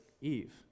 Eve